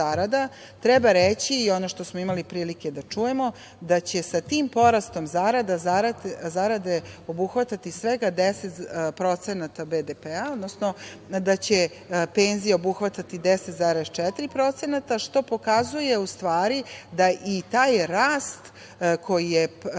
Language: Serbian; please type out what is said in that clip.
treba reći i ono što smo imali prilike da čujemo da će sa tim porastom zarada zarade obuhvatati svega 10% BDP, odnosno da će penzije obuhvatati 10,4%, što pokazuje u stvari da i taj rast, koji je projektovan